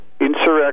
insurrection